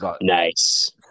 Nice